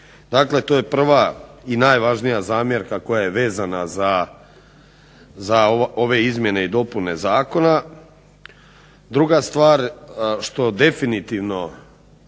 Dakle to je prva i najvažnija zamjerka koje je vezana za ove izmjene i dopune Zakona. Druga stvar što definitivno